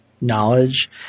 knowledge